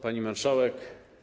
Pani Marszałek!